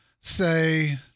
say